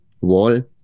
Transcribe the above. wall